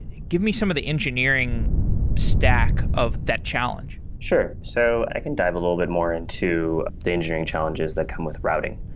give me some of the engineering stack of that challenge sure. so i can dive a little bit more into the engineering challenges that come with routing.